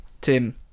Tim